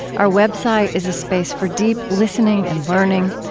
our website is a space for deep listening and learning.